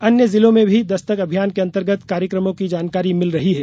अन्य जिलों से भी दस्तक अभियान के अंतर्गत कार्यक्रमों की जानकारी मिली है